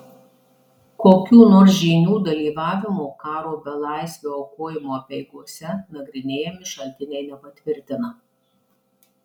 kokių nors žynių dalyvavimo karo belaisvio aukojimo apeigose nagrinėjami šaltiniai nepatvirtina